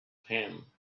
him